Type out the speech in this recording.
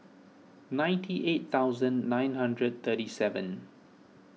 ninety eight thousand nine hundred thirty seven